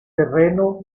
terreno